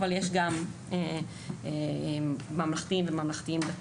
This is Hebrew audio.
אבל יש גם ממלכתיים וממלכתיים-דתיים.